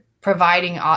providing